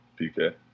PK